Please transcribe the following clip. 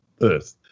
earth